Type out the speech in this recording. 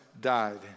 died